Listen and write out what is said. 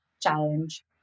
challenge